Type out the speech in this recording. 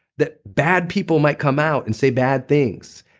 that bad people might come out and say bad things,